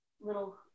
little